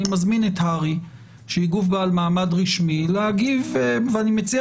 אני מזמין את הר"י שהיא גוף בעל מעמד רשמי להגיב ואני מציע